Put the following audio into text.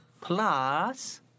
plus